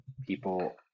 people